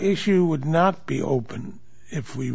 issue would not be open if we